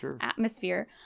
atmosphere